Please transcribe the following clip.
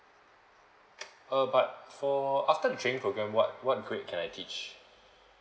uh but for after the training program what what grade can I teach